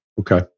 Okay